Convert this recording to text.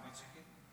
האמת שכן.